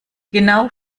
genau